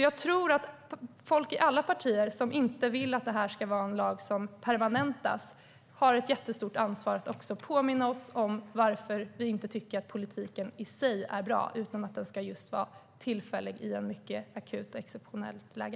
Jag tror att folk i alla partier som inte vill att detta ska vara en lag som permanentas har ett jättestort ansvar att påminna oss om varför vi inte tycker att politiken i sig är bra, utan att den ska vara tillfällig i ett mycket akut och exceptionellt läge.